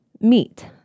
meet